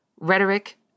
rhetoric